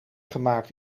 gemaakt